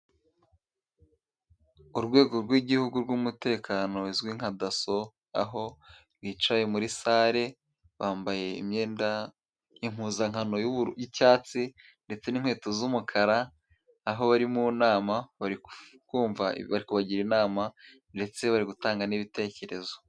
Urwego rw'igihugu rw'umutekano uzwi nka daso， aho rwicaye muri sare bambaye imyenda impuzankano y'icyatsi， ndetse n'inkweto z'umukara， aho bari mu nama bari kumva， bari kubagira inama ndetse bari gutanga ni'ibitekerezo.